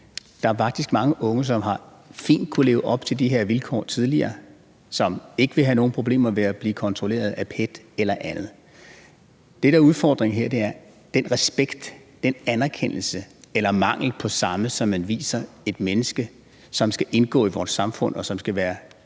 at der faktisk er mange unge, som fint har kunnet leve op til de her vilkår tidligere, og som ikke vil have nogen problemer med at blive kontrolleret af PET eller andre. Det, der er udfordringen her, er den respekt, den anerkendelse eller mangel på samme, som man viser et menneske, som skal indgå i vores samfund og være